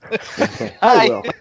Hi